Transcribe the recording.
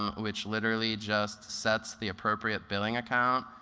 um which literally just sets the appropriate billing account.